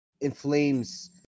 inflames